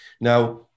Now